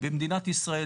במדינת ישראל,